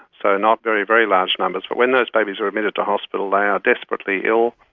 so not very, very large numbers. but when those babies are admitted to hospital they are desperately ill.